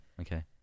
okay